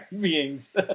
beings